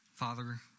Father